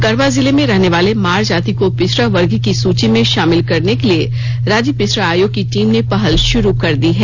गढ़वा जिले में रहने वाले मार जाति को पिछड़ा वर्ग की सूची में शामिल करने के लिए राज्य पिछड़ा आयोग की टीम ने पहल शुरू कर दी है